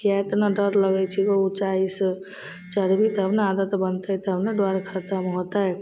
किएक एतना डर लगै छै उँचाइसे चढ़बही तब ने आदत बनतै तब ने डर खतम होतै